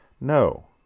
No